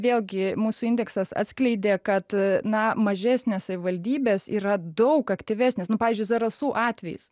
vėlgi mūsų indeksas atskleidė kad na mažesnės savivaldybės yra daug aktyvesnės nu pavyzdžiui zarasų atvejis